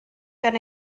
gan